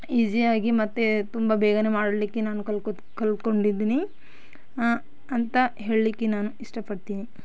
ಈಸಿಯಾಗಿ ಮತ್ತೆ ತುಂಬ ಬೇಗನೇ ಮಾಡಲಿಕ್ಕೆ ನಾನು ಕಲ್ತ್ಕೊಳ್ತಾ ಕಲ್ತ್ಕೊಂಡಿದ್ದೀನಿ ಅಂತ ಹೇಳಲಿಕ್ಕೆ ನಾನು ಇಷ್ಟಪಡ್ತೀನಿ